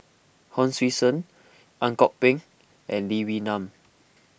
Hon Sui Sen Ang Kok Peng and Lee Wee Nam